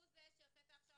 הוא זה שעושה את ההכשרה,